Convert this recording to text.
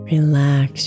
Relax